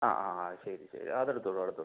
ആ ആ ആ ശരി ശരി അത് എടുത്തോളൂ എടുത്തോ